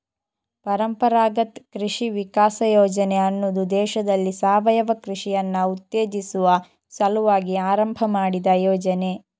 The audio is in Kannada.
ಪರಂಪರಾಗತ್ ಕೃಷಿ ವಿಕಾಸ ಯೋಜನೆ ಅನ್ನುದು ದೇಶದಲ್ಲಿ ಸಾವಯವ ಕೃಷಿಯನ್ನ ಉತ್ತೇಜಿಸುವ ಸಲುವಾಗಿ ಆರಂಭ ಮಾಡಿದ ಯೋಜನೆ